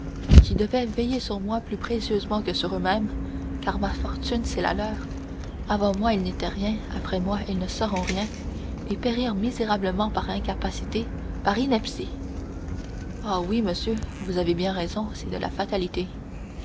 qui devaient veiller sur moi plus précieusement que sur eux-mêmes car ma fortune c'est la leur avant moi ils n'étaient rien après moi ils ne seront rien et périr misérablement par incapacité par ineptie ah oui monsieur vous avez bien raison c'est de la fatalité